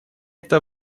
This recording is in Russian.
это